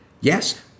yes